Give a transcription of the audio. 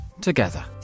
together